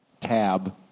tab